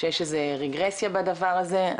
שיש איזה ריגרסייה בדבר הזה,